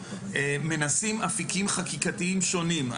מנסים אפיקים חקיקתיים שונים.